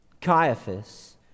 Caiaphas